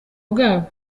bwabo